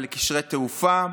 לקשרי תעופה,